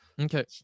Okay